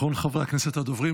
אחרון חברי הכנסת הדוברים,